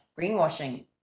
greenwashing